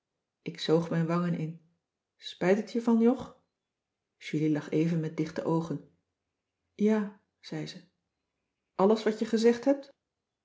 ik zoog mijn wangen in spijt het je van jog julie lag even met dichte oogen ja zei ze alles wat je gezegd hebt